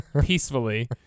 peacefully